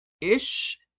ish